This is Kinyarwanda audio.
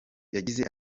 yagize